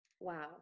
Wow